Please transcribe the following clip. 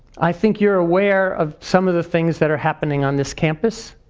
i think you're aware of some of the things that are happening on this campus.